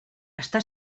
està